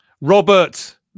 Robert